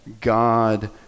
God